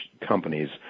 companies